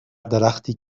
درختی